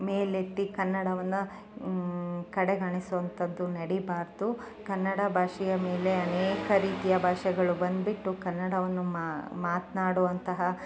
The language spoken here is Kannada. ಮೇಲೆತ್ತಿ ಕನ್ನಡವನ್ನು ಕಡೆಗಣಿಸುವಂಥದ್ದು ನಡೀಬಾರದು ಕನ್ನಡ ಭಾಷೆಯ ಮೇಲೆ ಅನೇಕ ರೀತಿಯ ಭಾಷೆಗಳು ಬಂದ್ಬಿಟ್ಟು ಕನ್ನಡವನ್ನು ಮಾತು ಮಾತನಾಡುವಂತಹ